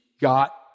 got